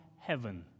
heaven